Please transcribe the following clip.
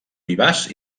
vivaç